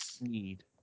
need